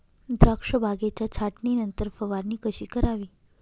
द्राक्ष बागेच्या छाटणीनंतर फवारणी कशी करावी?